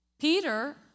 Peter